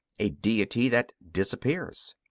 a deity that disappears.